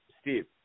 Steve